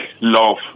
love